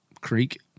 creek